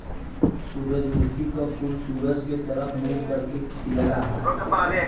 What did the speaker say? सूरजमुखी क फूल सूरज के तरफ मुंह करके खिलला